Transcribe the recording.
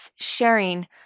sharing